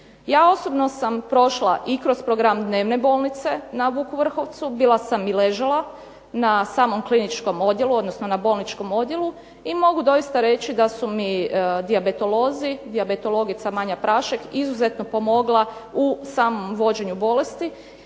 Ja osobno sam prošla i kroz program dnevne bolnice na Vuk Vrhovcu, bila sam i ležala na samom kliničkom odjelu odnosno na bolničkom odjelu i mogu doista reći da su mi dijabetolozi, dijabetelogica Manja Prašek izuzetno pomogla u samom vođenju bolesti